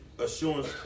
assurance